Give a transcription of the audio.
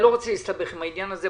אני לא רוצה להסתבך עם העניין הזה,